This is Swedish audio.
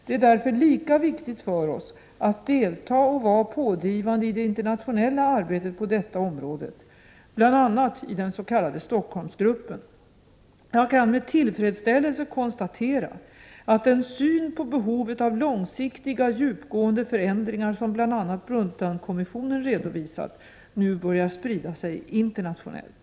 Det är därför lika viktigt för oss att delta och vara pådrivande i det internationella arbetet på detta område, bl.a. i den s.k. Stockholmsgruppen. Jag kan med tillfredsställelse konstatera att den syn på behovet av långsiktiga djupgående förändringar som bl.a. Brundtlandkommissionen redovisat nu börjar sprida sig internationellt.